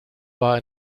war